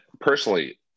personally